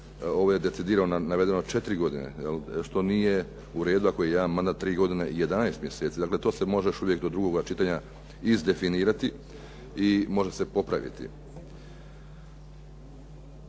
Ovo je decidirano navedeno 4 godine što nije u redu ako je jedan mandat 3 godine 11 mjeseci. Dakle, to se može još uvijek do drugoga čitanja izdefinirati i može se popraviti.